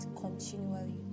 continually